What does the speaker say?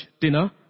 dinner